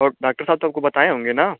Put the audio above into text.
और डाक्टर साहब तो आपको बताए होंगे ना